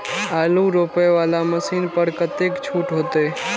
आलू रोपे वाला मशीन पर कतेक छूट होते?